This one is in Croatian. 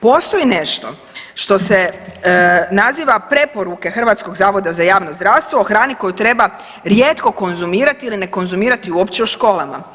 Postoji nešto što se naziva preporuke Hrvatskog zavoda za javno zdravstvo o hrani koju treba rijetko konzumirati ili ne konzumirati uopće u školama.